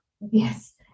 Yes